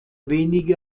wenige